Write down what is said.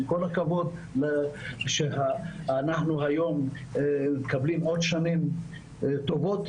עם כל הכבוד לזה שהיום אנחנו מקבלים עוד שנים טובות,